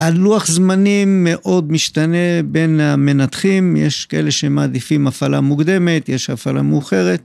הלוח זמנים מאוד משתנה בין המנתחים, יש כאלה שמעדיפים הפעלה מוקדמת, יש הפעלה מאוחרת.